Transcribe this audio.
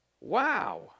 Wow